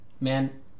Man